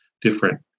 different